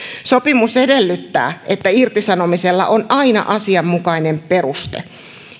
sopimus edellyttää että irtisanomisella on aina asianmukainen peruste